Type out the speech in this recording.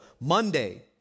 Monday